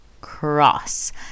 Cross